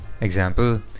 Example